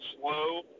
slow